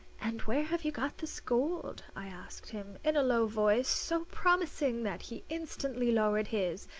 and where have you got this gold? i asked him, in a low voice so promising that he instantly lowered his,